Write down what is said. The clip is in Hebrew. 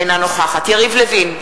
אינה נוכחת יריב לוין,